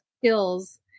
skills